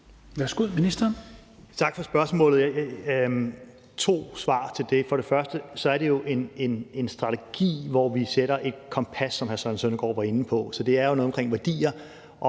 Tak for spørgsmålet. Der er to svar til det. For det første er det jo en strategi, hvor vi sætter et kompas, som hr. Søren Søndergaard var inde på, så det er jo noget omkring værdier,